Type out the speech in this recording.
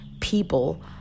people